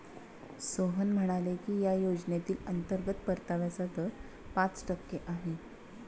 सोहन म्हणाले की या योजनेतील अंतर्गत परताव्याचा दर पाच टक्के आहे